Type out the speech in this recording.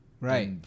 Right